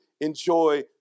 enjoy